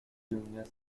petunias